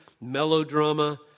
melodrama